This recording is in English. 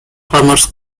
farmers